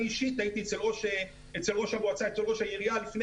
אני אישית הייתי אצל ראש העירייה לפני